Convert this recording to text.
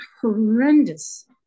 horrendous